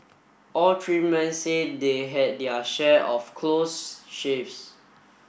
all three men say they had their share of close shaves